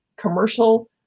commercial